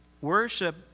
Worship